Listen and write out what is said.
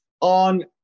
on